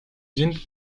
sind